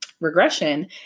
regression